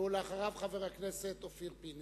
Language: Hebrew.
אחריו, חבר הכנסת אופיר פינס.